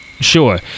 Sure